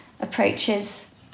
approaches